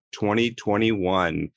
2021